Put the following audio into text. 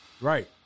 Right